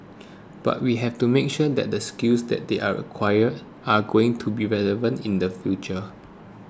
but we have to make sure that the skills that they are acquire are going to be relevant in the future